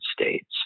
States